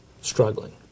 struggling